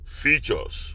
features